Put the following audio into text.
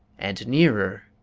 and nearer!